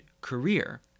career